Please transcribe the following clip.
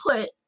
put